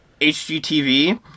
HGTV